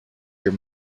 your